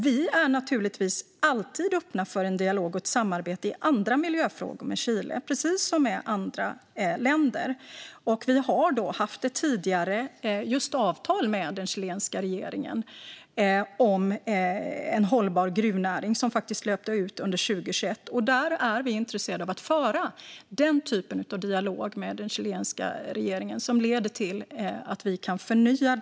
Vi är givetvis alltid öppna för dialog och samarbete i andra miljöfrågor med Chile, precis som med andra länder, och vi hade tidigare ett avtal med den chilenska regeringen om en hållbar gruvnäring. Det löpte ut under 2021, men vi är intresserade av att föra en dialog med den chilenska regeringen som leder till att avtalet kan förnyas.